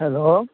hello